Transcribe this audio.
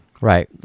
Right